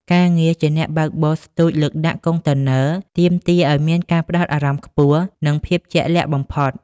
ការងារជាអ្នកបើកបរស្ទូចលើកដាក់កុងតឺន័រ ទាមទារឱ្យមានការផ្ដោតអារម្មណ៍ខ្ពស់ និងភាពជាក់លាក់បំផុត។